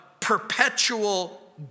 perpetual